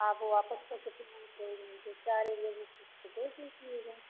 आप वो वापस करके फिर वो जो जो चाह रही है वो किस्त पर दे दीजिएगा